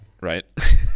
right